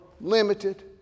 limited